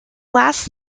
last